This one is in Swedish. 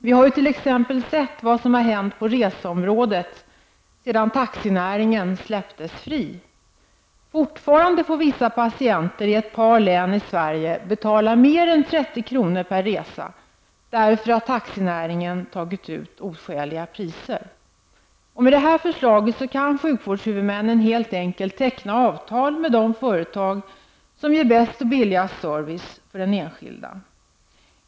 Vi har t.ex. sett vad som har hänt på reseområdet sedan taxinäringen släpptes fri. Fortfarande får vissa patienter i ett par län i Sverige betala mer än 30 kr. per resa därför att taxinäringen tagit ut oskäliga priser. Med det här förslaget så kan sjukvårdshuvudmännen helt enkelt teckna avtal med de företag som ger bäst och billigast service för den enskilde.